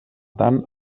tant